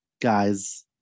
guys